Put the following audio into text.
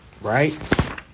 right